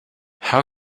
how